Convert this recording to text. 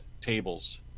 tables